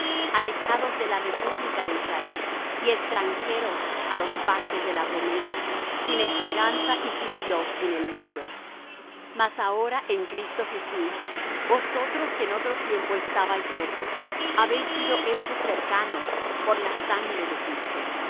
alejados de la república de israel y extranjeros á los pactos de la promesa sin esperanza y sin dios en el mundo mas ahora en cristo jesús vosotros que en otro tiempo estabais lejos habéis sido hechos cercanos por la sangre de cristo